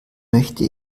möchte